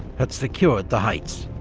had secured the heights,